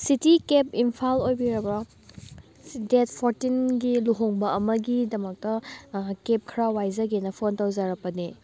city cab Imphal ꯑꯣꯏꯕꯤꯔꯕꯣ date ꯐꯣꯔꯇꯤꯟꯒꯤ ꯂꯨꯍꯣꯡꯕ ꯑꯃꯒꯤꯗꯃꯛꯇ ꯀꯦꯞ ꯈꯔ ꯋꯥꯏꯖꯒꯦꯅ ꯐꯣꯟ ꯇꯧꯖꯔꯛꯄꯅꯦ